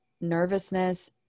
nervousness